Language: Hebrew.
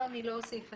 אני לא אוסיף.